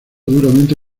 duramente